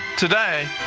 today,